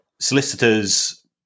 solicitors